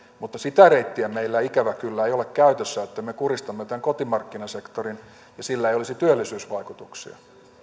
mutta sitä reittiä meillä ikävä kyllä ei ole käytössä että me kuristamme tämän kotimarkkinasektorin ja sillä ei olisi työllisyysvaikutuksia